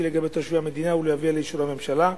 לגבי תושבי המדינה ולהביאה לאישור הממשלה.